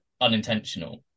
unintentional